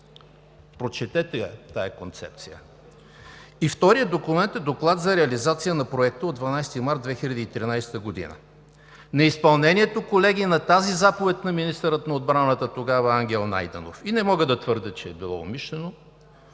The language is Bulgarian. Прочетете тази концепция. И вторият документ е Доклад за реализация на Проекта от 12 март 2013 г. Неизпълнението, колеги, на тази заповед на министъра на отбраната, тогава Ангел Найденов – и не мога да твърдя, че е било умишлено